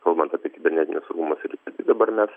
kalbant apie kibernetinio saugumo sritis dabar mes